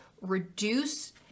reduce